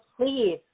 please